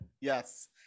Yes